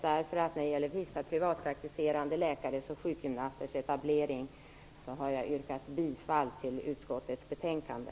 När det gäller vissa privatpraktiserande läkares och sjukgymnasters etablering har jag ju yrkat bifall till hemställan i utskottets betänkande.